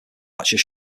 archer